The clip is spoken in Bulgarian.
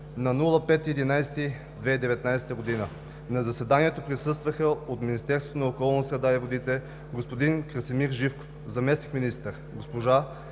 ноември 2019 г. На заседанието присъстваха: от Министерството на околната среда и водите: господин Красимир Живков – заместник-министър, госпожа